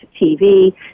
TV